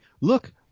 look